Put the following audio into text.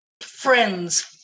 friends